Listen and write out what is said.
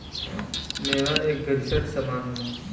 मेवा एक गरिश्ट समान होला